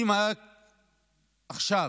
עכשיו